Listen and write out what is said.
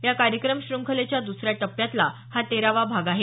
या कार्यक्रम श्रंखलेच्या द्सऱ्या टप्प्यातला हा तेरावा भाग आहे